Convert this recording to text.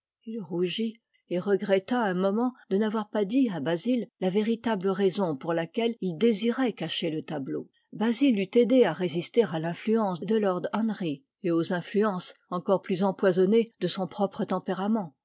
rougit et regretta un moment de n'avoir pas dit à basil la véritable raison pour laquelle il désirait cacher le tableau basil l'eût aidé à résister à l'influence de lord henry et aux influences encore plus empoisonnées de son propre tempérament